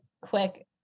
quick